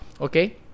okay